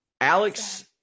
Alex